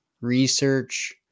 research